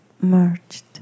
merged